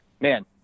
man